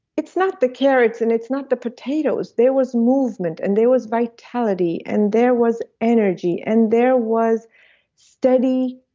it's not the carrots and it's not the potatoes. there was movement and there was vitality and there was energy and there was steady,